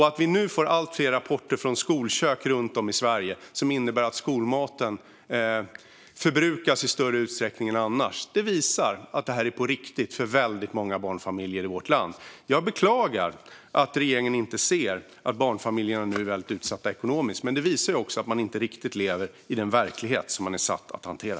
Att vi nu får allt fler rapporter från skolkök runt om i Sverige om att skolmaten förbrukas i större utsträckning än annars visar att det här är på riktigt för väldigt många barnfamiljer i vårt land. Jag beklagar att regeringen inte ser att barnfamiljerna nu är väldigt utsatta ekonomiskt. Men det visar också att man inte riktigt lever i den verklighet som man är satt att hantera.